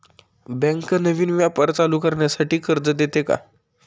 Bank नवीन व्यापार चालू करण्यासाठी कर्ज देते का?